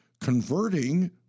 converting